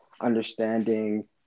understanding